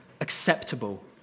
acceptable